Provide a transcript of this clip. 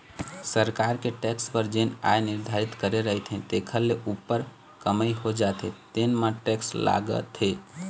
सरकार के टेक्स बर जेन आय निरधारति करे रहिथे तेखर ले उप्पर कमई हो जाथे तेन म टेक्स लागथे